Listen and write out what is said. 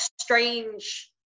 strange